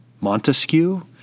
Montesquieu